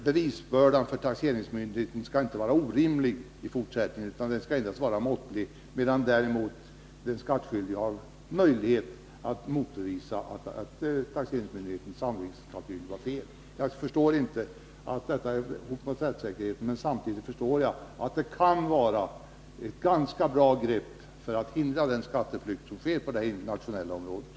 Bevisbördan för taxeringsmyndigheten skall inte vara orimlig utan endast måttlig. Den skattskyldige har möjlighet att visa att taxeringsmyndigheten sannolikt har fel. Jag förstår inte att detta utgör något hot mot rättssäkerheten. Men jag förstår samtidigt att det kan vara ett ganska bra grepp när det gäller att hindra skatteflykt på det internationella området.